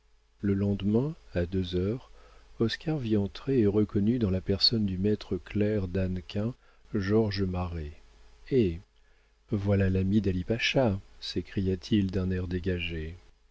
le lendemain à deux heures oscar vit entrer et reconnut dans la personne du maître clerc d'hannequin georges marest hé voilà l'ami d'ali-pacha s'écria-t-il d'un air dégagé